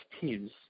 teams